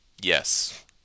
Yes